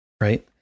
right